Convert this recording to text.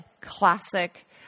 classic